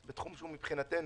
לא,